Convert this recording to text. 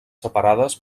separades